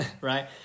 right